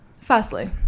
Firstly